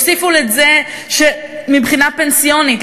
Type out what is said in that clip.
תוסיפו לזה שמבחינה פנסיונית,